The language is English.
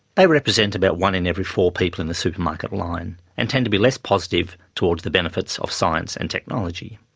they represent about one in every four people in the supermarket line and tend to be less positive towards the benefits of science and technology.